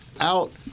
out